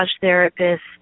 therapist